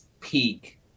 peak